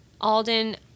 Alden